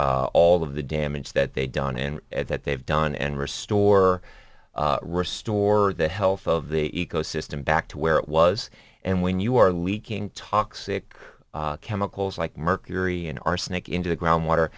all of the damage that they've done in that they've done and restore restore the health of the ecosystem back to where it was and when you are leaking toxic chemicals like mercury in arsenic into the groundwater